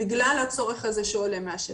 בגלל הצורך הזה שעולה מהשטח.